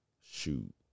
Shoot